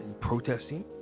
protesting